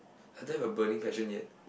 I don't have a burning passion yet